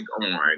on